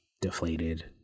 deflated